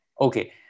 Okay